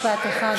משפט אחד בבקשה.